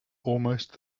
almost